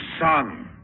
son